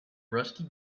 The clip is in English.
rusty